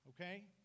okay